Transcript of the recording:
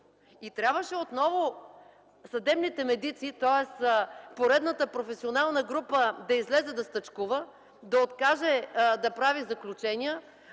Трябваше отново съдебните медици, тоест поредната професионална група да излезе да стачкува, да откаже да прави заключения,